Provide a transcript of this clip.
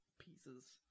pieces